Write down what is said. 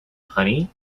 honey